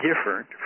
different